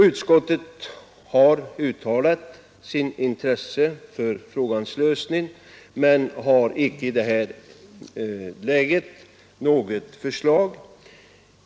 Utskottet har uttalat sitt intresse för frågans lösning men har i dagens läge inte något förslag.